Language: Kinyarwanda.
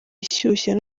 ishyushye